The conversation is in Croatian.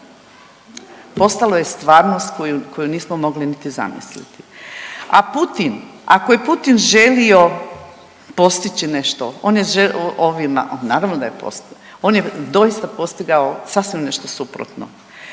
postalo je stvarnost koju nismo mogli niti zamisliti. A Putin, ako je Putin želio postići nešto, on je .../nerazumljivo/... ovima, naravno